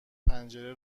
پنجره